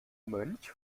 mönch